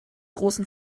großen